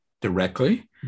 directly